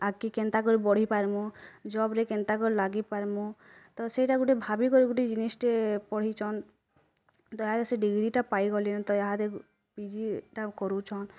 ଆଗ୍କି କେନ୍ତା କରି ବଢ଼ିପାର୍ମୁଁ ଜବ୍ରେ କେନ୍ତା କରି ଲାଗି ପାର୍ମୁଁ ତ ସେଇଟା ଗୁଟେ ଭାବି କରି ଗୁଟେ ଜିନିଷ୍ ଟେ ପଢ଼ିଛନ୍ ଦୟା ରେ ସେ ଡିଗ୍ରୀଟା ପାଇଗଲେ ତ ଇହାଦେ ପିଜିଟା କରୁଛନ୍